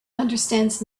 understands